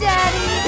Daddy